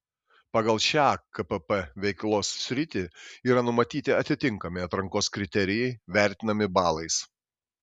pagal šią kpp veiklos sritį yra numatyti atitinkami atrankos kriterijai vertinami balais